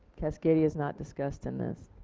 cascadia is not discussed in this.